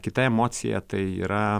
kita emocija tai yra